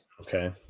Okay